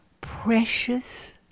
precious